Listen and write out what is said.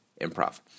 Improv